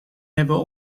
hebben